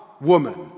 woman